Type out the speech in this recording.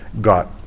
got